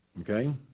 Okay